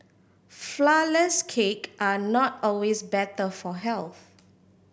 flourless cake are not always better for health